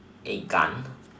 a gun